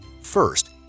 First